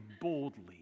boldly